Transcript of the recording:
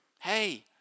Hey